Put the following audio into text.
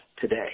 today